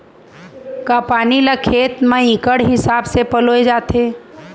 का पानी ला खेत म इक्कड़ हिसाब से पलोय जाथे?